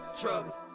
trouble